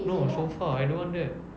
no sofa I don't want that